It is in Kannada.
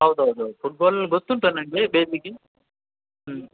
ಹೌದು ಹೌದು ಹೌದು ಫುಟ್ಬಾಲ್ ಗೊತ್ತುಂಟು ನನಗೆ ಬೇಸಿಕ್ ಹ್ಞೂ